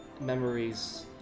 memories